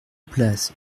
place